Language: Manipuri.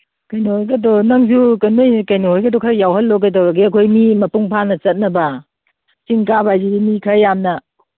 ꯀꯩꯅꯣꯍꯣꯏꯒꯗꯣ ꯅꯪꯁꯨ ꯅꯣꯏ ꯀꯩꯅꯣꯍꯣꯏꯒꯗꯣ ꯈꯔ ꯌꯥꯎꯍꯜꯂꯣ ꯀꯩꯗꯧꯔꯒꯦ ꯑꯩꯈꯣꯏ ꯃꯤ ꯃꯄꯨꯡ ꯐꯥꯅ ꯆꯠꯅꯕ ꯆꯤꯡ ꯀꯥꯕ ꯍꯥꯏꯁꯤꯗꯤ ꯃꯤ ꯈꯔ ꯌꯥꯝꯅ